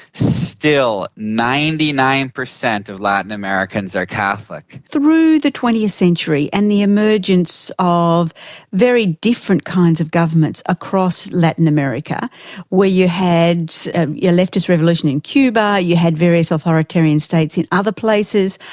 still ninety nine percent of latin americans are catholic. through the twentieth century and the emergence of very different kinds of governments across latin america where you had your leftist revolution in cuba, you had various authoritarian states in other places,